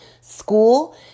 School